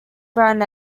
brown